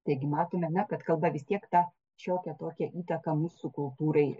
taigi matome na kad kalba vis tiek tą šiokią tokią įtaką mūsų kultūrai